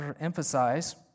emphasize